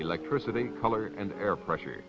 electricity color and air pressure